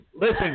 Listen